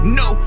no